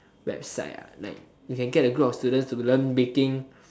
website ah like you can get a group of students to learn baking